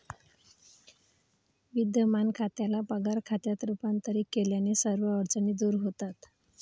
विद्यमान खात्याला पगार खात्यात रूपांतरित केल्याने सर्व अडचणी दूर होतात